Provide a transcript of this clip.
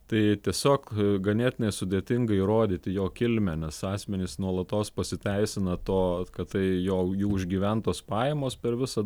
tai tiesiog ganėtinai sudėtinga įrodyti jo kilmę nes asmenys nuolatos pasiteisina to kad tai jo jų užgyventos pajamos per visą